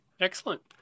Excellent